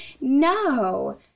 no